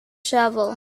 shovel